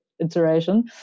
iteration